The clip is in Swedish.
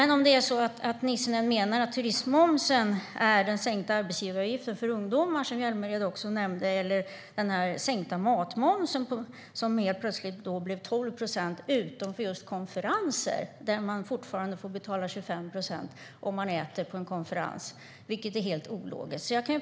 Nissinen kanske menar att turismmomsen är samma sak som den sänkta arbetsgivaravgiften för ungdomar, som Hjälmered också nämnde, eller den sänkta matmomsen, som plötsligt blev 12 procent utom för just konferenser där man fortfarande får betala 25 procent, vilket är helt ologiskt.